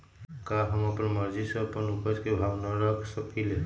का हम अपना मर्जी से अपना उपज के भाव न रख सकींले?